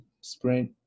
sprint